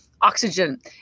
oxygen